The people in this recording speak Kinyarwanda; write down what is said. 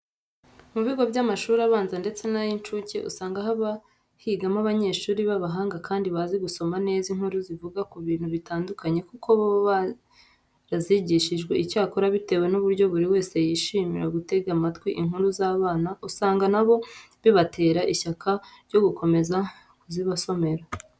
Mu bigo by'amashuri abanza ndetse n'ay'incuke usanga haba higamo abanyeshuri b'abahanga kandi bazi gusoma neza inkuru zivuga ku bintu bitandukanye kuko baba barazigishijwe. Icyakora bitewe n'uburyo buri wese yishimira gutegera amatwi inkuru z'abana, usanga na bo bibatera ishyaka ryo gukomeza kuzibasomera.